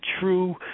true